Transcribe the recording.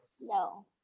No